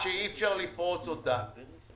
יש עוד כמה היבטים שרצינו להבין מבחינת התקנות.